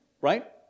right